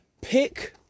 Pick